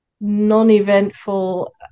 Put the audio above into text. non-eventful